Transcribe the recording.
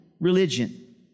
religion